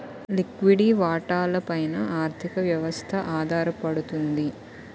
లిక్విడి వాటాల పైన ఆర్థిక వ్యవస్థ ఆధారపడుతుంది